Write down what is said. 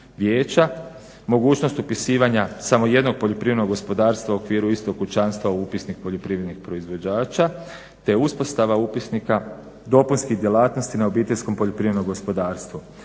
vijeća, mogućnost upisivanja samo jednog poljoprivrednog gospodarstva u okviru istog kućanstva u upisnik poljoprivrednih proizvođača te uspostava upisnika dopusnih djelatnosti na OPG-u. Donošenjem ovog prijedloga